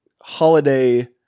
holiday